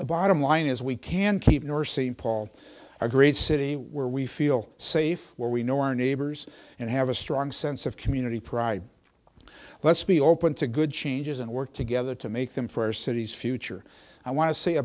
the bottom line is we can keep your same paul a great city where we feel safe where we know our neighbors and have a strong sense of community pride let's be open to good changes and work together to make them for our city's future i want to say a